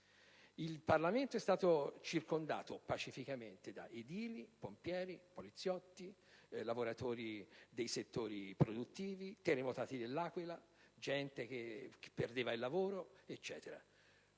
Il Parlamento è stato circondato, pacificamente, da edili, pompieri, poliziotti, lavoratori dei settori produttivi, terremotati dell'Aquila, gente che perdeva il lavoro e via